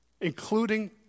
including